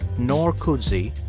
noor cuzzi,